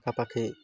ପାଖାପାଖି